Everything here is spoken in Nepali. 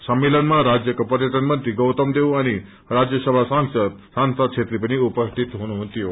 सम्मेलनमा राज्यका पर्यटन मंत्री गौतम देव अनि राज्य सभा सांसद शान्ता छेत्री पनि उपस्थित हुनुहुन्थ्यो